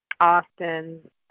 Austin